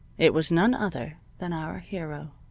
it was none other than our hero.